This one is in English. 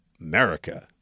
America